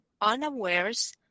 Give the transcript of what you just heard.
unawares